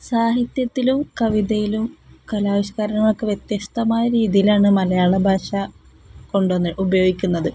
സാഹിത്യത്തിലും കവിതയിലും കലാവിഷ്കാരങ്ങളൊക്കെ വ്യത്യസ്തമായ രീതിയിലാണ് മലയാള ഭാഷ കൊണ്ടുവന്ന് ഉപയോഗിക്കുന്നത്